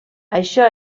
això